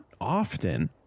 often